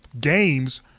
games